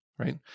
Right